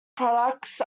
products